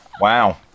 wow